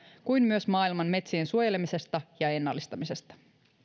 kuin myös maailman metsien suojelemisesta ja ennallistamisesta